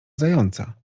zająca